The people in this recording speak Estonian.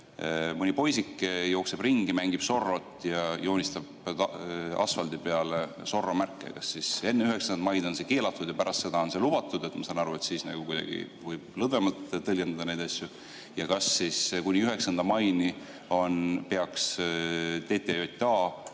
mõni poisike jookseb ringi, mängib Zorrot ja joonistab asfaldi peale Zorro märke, siis kas enne 9. maid on see keelatud ja pärast seda on lubatud? Ma saan aru, et võib nagu kuidagi lõdvemalt tõlgendada neid asju. Ja kas kuni 9. maini peaks TTJA